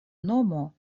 nomo